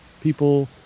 people